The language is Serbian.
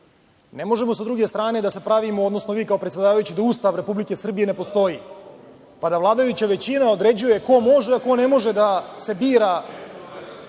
ne možemo sa druge strane da se pravimo, odnosno vi kao predsedavajući, da Ustav Republike Srbije ne postoji, pa da vladajuća većina određuje ko može, a ko ne može da se bira